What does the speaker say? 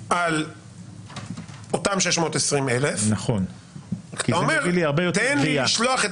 3,000,000 על אותם 620,000. אתה אומר: תן לשלוח את